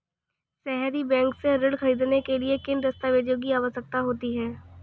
सहरी बैंक से ऋण ख़रीदने के लिए किन दस्तावेजों की आवश्यकता होती है?